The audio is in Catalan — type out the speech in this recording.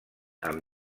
amb